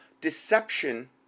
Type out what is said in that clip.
Deception